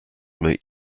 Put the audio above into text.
may